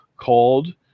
called